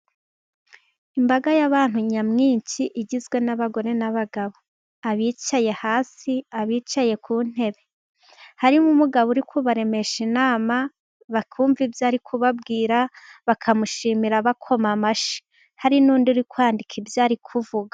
Imbaga y'abantu nyamwinshi, igizwe n'abagore n'abagabo. Abicaye hasi, abicaye ku ntebe. Harimo umugabo uri kubaremesha inama bakumva ibyo ari kubabwira, bakamushimira bakoma amashyi. Hari n'undi uri kwandika ibyo ari kuvuga.